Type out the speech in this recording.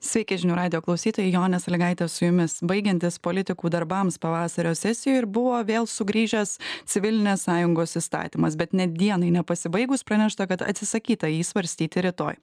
sveiki žinių radijo klausytojai jonė salygaitė su jumis baigiantis politikų darbams pavasario sesijoj buvo vėl sugrįžęs civilinės sąjungos įstatymas bet net dienai nepasibaigus pranešta kad atsisakyta jį svarstyti rytoj